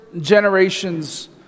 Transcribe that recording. generations